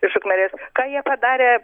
iš ukmergės ką jie padarė